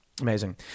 Amazing